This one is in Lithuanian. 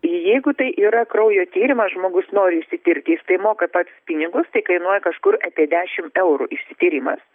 jeigu tai yra kraujo tyrimas žmogus nori išsitirti jis tai moka pats pinigus tai kainuoja kažkur apie dešim eurų išsityrimas